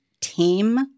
team